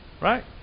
right